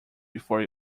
before